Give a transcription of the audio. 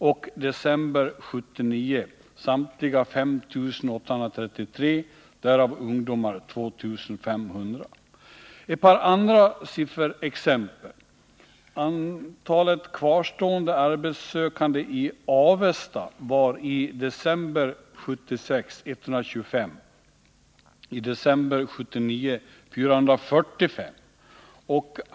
I december 1979 var det totala antalet arbetssökande 5 833, varav ungdomar upp till 24 år 2 500. Ett par andra sifferexempel: Antalet kvarstående arbetssökande i Avesta var 125 i december 1976 och 445 i december 1979.